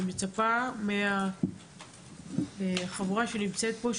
אני מצפה מהחבורה שנמצאת פה,